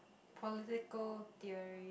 political theory